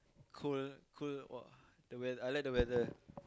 cold cold !wah! the weather I like the weather